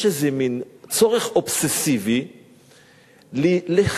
יש איזה מין צורך אובססיבי לחדש,